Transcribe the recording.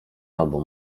albo